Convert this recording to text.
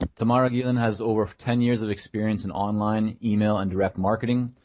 tamara gielen has over ten years of experience in online email and direct marketing.